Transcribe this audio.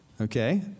okay